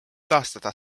taastada